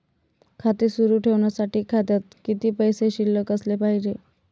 खाते सुरु ठेवण्यासाठी खात्यात किती पैसे शिल्लक असले पाहिजे?